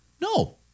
No